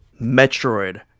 Metroid